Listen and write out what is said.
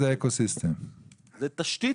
תשתית.